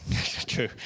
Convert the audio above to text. true